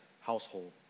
household